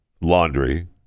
laundry